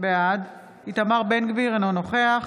בעד איתמר בן גביר, אינו נוכח